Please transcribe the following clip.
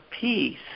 peace